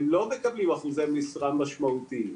הם לא מקבלים אחוזי משרה משמעותיים.